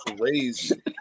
crazy